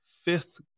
fifth